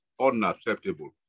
Unacceptable